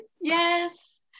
yes